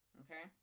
okay